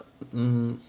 um